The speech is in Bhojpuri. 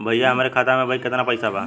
भईया हमरे खाता में अबहीं केतना पैसा बा?